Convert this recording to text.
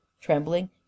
trembling